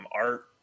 art